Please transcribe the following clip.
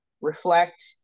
reflect